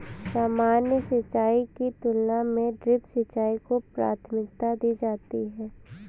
सामान्य सिंचाई की तुलना में ड्रिप सिंचाई को प्राथमिकता दी जाती है